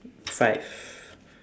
five